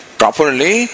properly